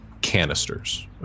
canisters